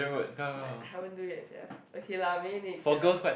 but I haven't do yet sia okay lah maybe next year